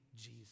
Jesus